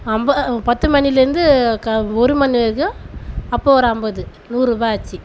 ஐம்ப பத்து மணிலருந்து க ஒரு மணி வரைக்கும் அப்போது ஒரு ஐம்பது நூறுரூபா ஆச்சு